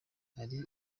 hari